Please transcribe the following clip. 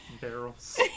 barrels